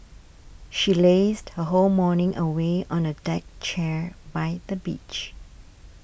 she lazed her whole morning away on a deck chair by the beach